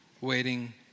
waiting